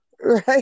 Right